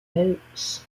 heath